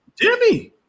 Jimmy